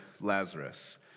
Lazarus